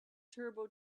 turbo